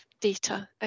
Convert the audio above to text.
data